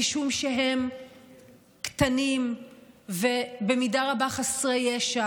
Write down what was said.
משום שהם קטנים ובמידה רבה חסרי ישע